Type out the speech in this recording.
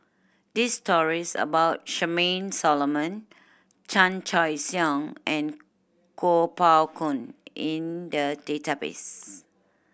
these stories about Charmaine Solomon Chan Choy Siong and Kuo Pao Kun in the database